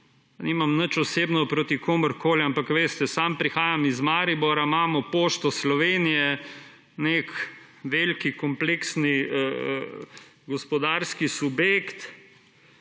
nimam nič osebno proti komurkoli, ampak veste, sam prihajam iz Maribora, imamo Pošto Slovenije, nek velik kompleksen gospodarski subjekt,